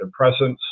antidepressants